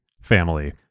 family